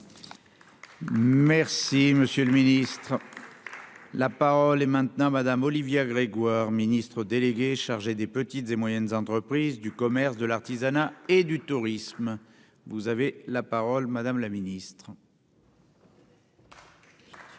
Merci, monsieur le Ministre. La parole est maintenant madame Olivia Grégoire Ministre délégué chargé des petites et moyennes entreprises, du commerce, de l'artisanat et du tourisme, vous avez la parole madame la Ministre.